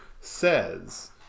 says